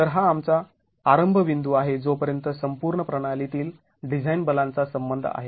तर हा आमचा आरंभ बिंदू आहे जोपर्यंत संपूर्ण प्रणाली तील डिझाईन बलांचा संबंध आहे